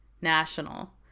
national